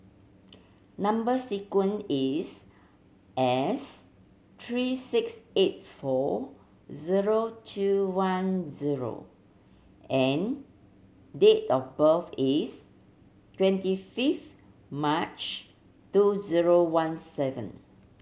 number sequence is S three six eight four zero two one zero and date of birth is twenty fifth March two zero one seven